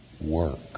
work